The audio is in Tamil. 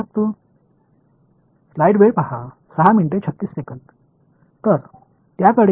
ஆதாரங்களை நீக்கி உள்ளோம் எனவே மேலும் என்ன செய்ய முடியும்